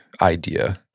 idea